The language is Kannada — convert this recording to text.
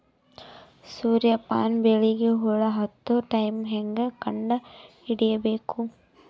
ಸೂರ್ಯ ಪಾನ ಬೆಳಿಗ ಹುಳ ಹತ್ತೊ ಟೈಮ ಹೇಂಗ ಕಂಡ ಹಿಡಿಯಬೇಕು?